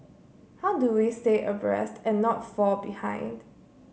how do we stay abreast and not fall behind